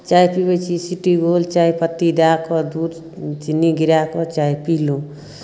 चाह पीबैत छी सिटी गोल्ड चाहपत्ती दए कऽ दूध चीनी गिराए कऽ चाह पीलहुँ